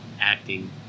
acting